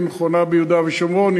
היא נכונה ביהודה ושומרון,